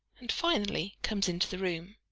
and finally comes into the room.